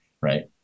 right